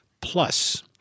plus